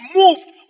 moved